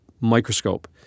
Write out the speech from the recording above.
microscope